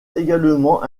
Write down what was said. également